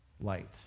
light